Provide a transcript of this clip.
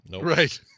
Right